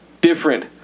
different